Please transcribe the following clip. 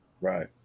Right